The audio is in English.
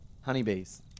Honeybees